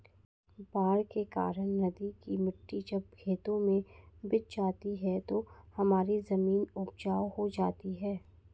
बाढ़ के कारण नदी की मिट्टी जब खेतों में बिछ जाती है तो हमारी जमीन उपजाऊ हो जाती है